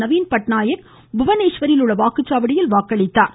நவீன் பட்நாயக் புவனேஸ்வரில் உள்ள வாக்குச்சாவடியில் வாக்களித்தார்